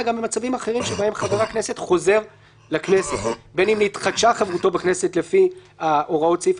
(3)לא ימסור חבר הכנסת שחברותו בכנסת נתחדשה לפי פסקה (1)